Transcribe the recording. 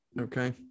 okay